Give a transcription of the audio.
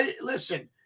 Listen